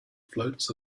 floats